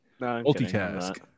multitask